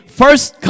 first